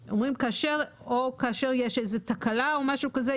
כאשר יש איזושהי תקלה או משהו כזה,